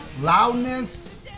Loudness